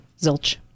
Zilch